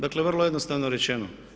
Dakle vrlo jednostavno rečeno.